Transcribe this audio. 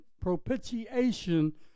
propitiation